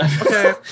Okay